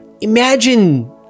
Imagine